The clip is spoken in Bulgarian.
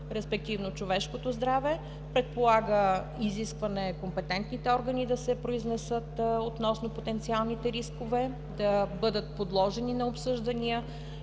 респективно човешкото здраве. Предполага изискване компетентните органи да се произнесат относно потенциалните рискове, да бъдат подложени на обсъждания